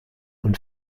und